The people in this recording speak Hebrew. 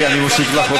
להסתה שלכם,